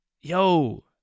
yo